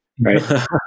right